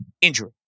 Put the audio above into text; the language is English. injury